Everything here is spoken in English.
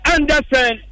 Anderson